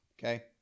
Okay